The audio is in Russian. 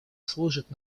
служит